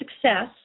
success